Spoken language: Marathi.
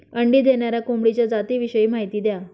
अंडी देणाऱ्या कोंबडीच्या जातिविषयी माहिती द्या